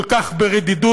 כל כך ברדידות.